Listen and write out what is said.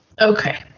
Okay